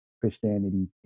Christianity